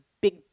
big